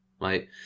right